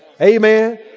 Amen